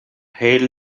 hailed